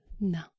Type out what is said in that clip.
No